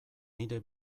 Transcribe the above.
nire